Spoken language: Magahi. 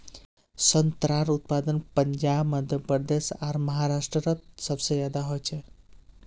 संत्रार उत्पादन पंजाब मध्य प्रदेश आर महाराष्टरोत सबसे ज्यादा होचे